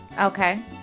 Okay